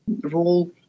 role